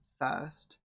first